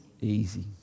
easy